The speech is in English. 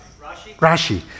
Rashi